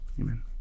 Amen